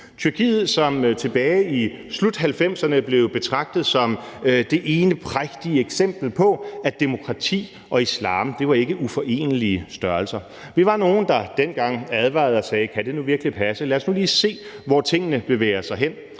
Tyrkiet, som tilbage i slut-1990'erne blev betragtet som det ene prægtige eksempel på, at demokrati og islam ikke var uforenelige størrelser. Vi var nogle, der dengang advarede og sagde: Kan det nu virkelig passe, lad os nu lige se, hvor tingene bevæger sig hen.